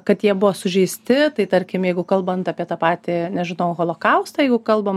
kad jie buvo sužeisti tai tarkim jeigu kalbant apie tą patį nežinau holokaustą jeigu kalbam